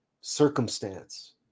circumstance